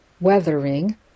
Weathering